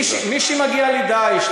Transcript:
מי שמגיע ל"דאעש",